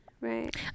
Right